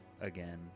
again